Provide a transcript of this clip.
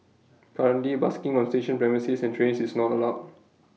currently busking on station premises and trains is not allowed